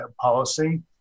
policy